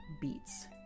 beats